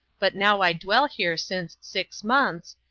but now i dwell here since six months,